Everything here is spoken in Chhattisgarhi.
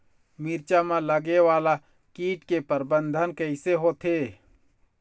मिरचा मा लगे वाला कीट के प्रबंधन कइसे होथे?